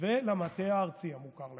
ולמטה הארצי המוכר לך.